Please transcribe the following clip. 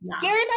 Gary